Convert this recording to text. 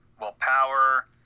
Willpower